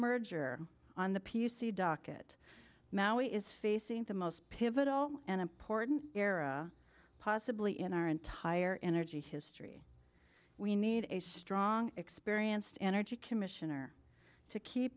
merger on the p c docket maui is facing the most pivotal and important era possibly in our entire energy history we need a strong experienced energy commissioner to keep